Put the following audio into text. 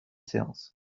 séance